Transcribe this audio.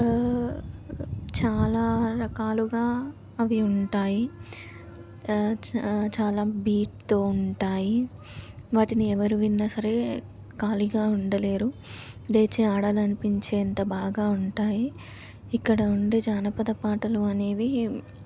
చాలా రకాలుగా అవి ఉంటాయి చాలా బీట్తో ఉంటాయి వాటిని ఎవరు విన్నా సరే ఖాళీగా ఉండలేరు లేచి ఆడాలి అనిపించేంత బాగా ఉంటాయి ఇక్కడ ఉండే జానపద పాటలు అనేవి